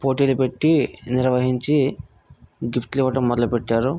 పోటీలు పెట్టి నిర్వహించి గిఫ్ట్లు ఇవ్వటం మొదలుపెట్టారు